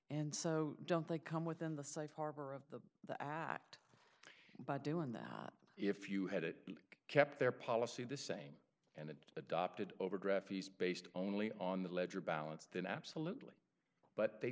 and so don't think come within the site harbor of the act by doing that if you had it kept their policy the same and it adopted overdraft fees based only on the ledger balance then absolutely but they